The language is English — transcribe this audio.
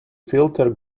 filter